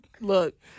Look